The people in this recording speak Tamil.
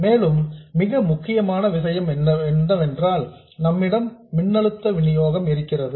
மேலும் மிக முக்கியமான விஷயம் என்னவென்றால் நம்மிடம் மின்னழுத்த வினியோகம் இருக்கிறது